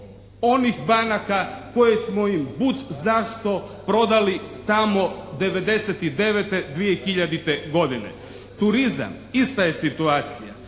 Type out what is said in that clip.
onih banaka koje smo im budzašto prodali tamo '99., 2000. godine. Turizam, ista je situacija.